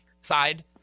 side